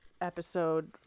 episode